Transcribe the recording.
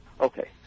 okay